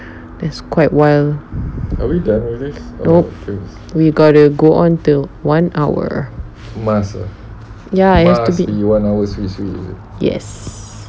there's quite while nope we gotta go on to one hour yes yes